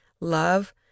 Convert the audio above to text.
love